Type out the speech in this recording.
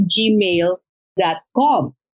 gmail.com